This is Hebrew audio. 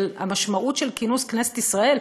המשמעות של כינוס כנסת ישראל,